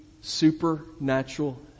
supernatural